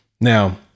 Now